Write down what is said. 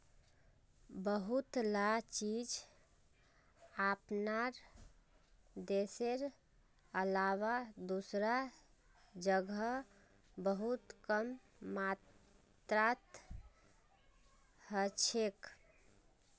बहुतला चीज अपनार देशेर अलावा दूसरा जगह बहुत कम मात्रात हछेक